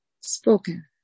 spoken